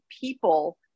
people